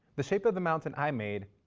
the shape of the mountain i made,